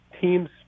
teams